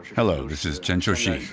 hello, this is chen qiushi.